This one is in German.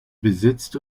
besitzt